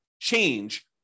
change